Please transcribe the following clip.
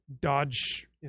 Dodge